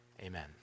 amen